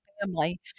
family